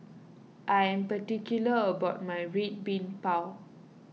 I am particular about my Red Bean Bao